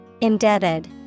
Indebted